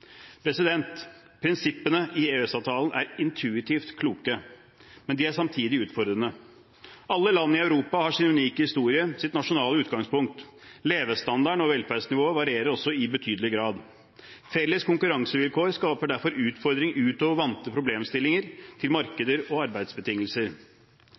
Prinsippene i EØS-avtalen er intuitivt kloke, men de er samtidig utfordrende. Alle land i Europa har sin unike historie, sitt nasjonale utgangspunkt. Levestandarden og velferdsnivået varierer også i betydelig grad. Felles konkurransevilkår skaper derfor utfordringer utover vante problemstillinger knyttet til